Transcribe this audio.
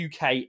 UK